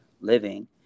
living